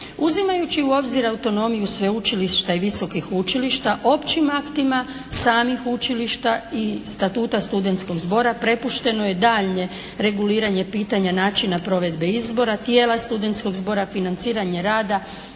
Uzimajući u obzir autonomiju sveučilišta i visokih učilišta općim aktima samih učilišta i statuta studentskog zbora prepušteno je daljnje reguliranje pitanja načina provedbe izbora, tijela studentskog zbora, financiranje rada